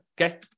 okay